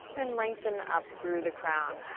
and lengthen up through the crown.